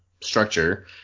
structure